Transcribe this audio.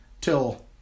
till